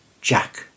Jack